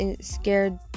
scared